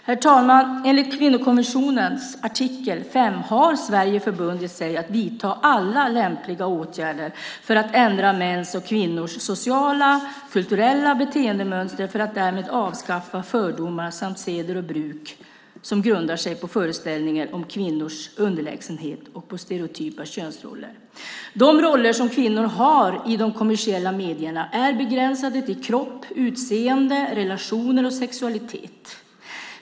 Herr talman! Enligt kvinnokonventionens artikel 5 har Sverige förbundit sig att vidta alla lämpliga åtgärder för att ändra mäns och kvinnors sociala och kulturella beteendemönster för att därmed avskaffa fördomar samt seder och bruk som grundar sig på föreställningar om kvinnors underlägsenhet och på stereotypa könsroller. De roller som kvinnor har i de kommersiella medierna är begränsade till kropp, utseende, relationer och sexualitet.